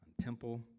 temple